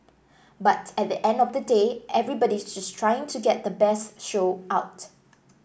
but at the end of the day everybody's just trying to get the best show out